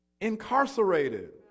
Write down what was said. incarcerated